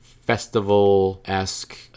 festival-esque